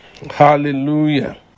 hallelujah